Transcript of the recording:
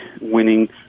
winning